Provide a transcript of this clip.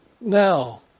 now